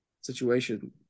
situation